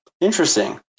Interesting